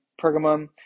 Pergamum